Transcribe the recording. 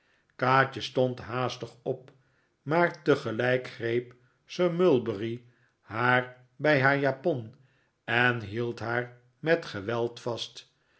kaatje stond haastig op maar tegelijk greep sir mulberry haar bij haar japon en hield haar met geweld vast